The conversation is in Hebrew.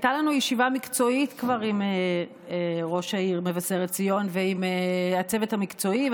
כבר הייתה לנו ישיבה מקצועית עם ראש העיר מבשרת ציון ועם הצוות המקצועי,